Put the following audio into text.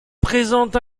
présente